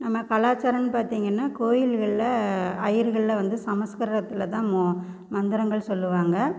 நம்ம கலாச்சாரம்னு பார்த்தீங்கன்னா கோவில்களில் அய்யர்களில் வந்து சமஸ்கிரத்தில் தான் மந்திரங்கள் சொல்லுவாங்கள்